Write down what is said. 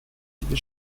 себе